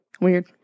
Weird